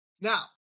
Now